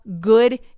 good